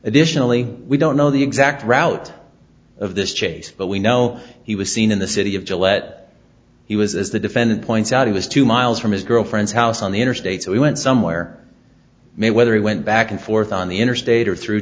additionally we don't know the exact route of this chase but we know he was seen in the city of gillette he was as the defendant points out he was two miles from his girlfriend's house on the interstate so we went somewhere maybe whether he went back and forth on the interstate or through